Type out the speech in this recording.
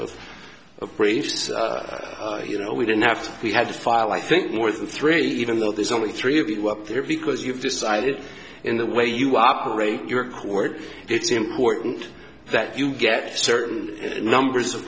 briefs you know we didn't have to we had to file i think more than three even though there's only three of you up there because you've decided in the way you operate your court it's important that you get certain numbers of